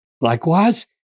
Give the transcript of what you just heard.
Likewise